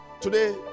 today